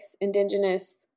indigenous